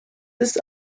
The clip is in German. ist